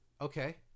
Okay